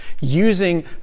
using